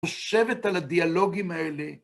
חושבת על הדיאלוגים האלה.